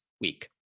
week